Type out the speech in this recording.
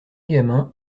gamin